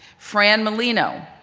fran malino,